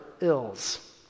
ills